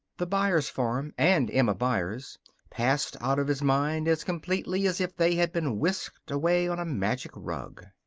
the byers farm and emma byers passed out of his mind as completely as if they had been whisked away on a magic rug.